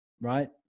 right